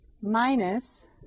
minus